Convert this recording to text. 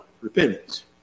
repentance